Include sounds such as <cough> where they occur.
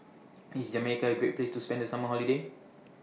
<noise> IS Jamaica A Great Place to spend The Summer Holiday